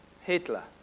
Hitler